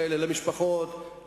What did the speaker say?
למשפחות,